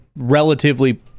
relatively